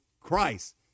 Christ